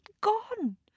gone